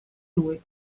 lui